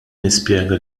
nispjega